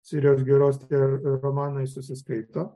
sirijos giros tie romanai susiskaito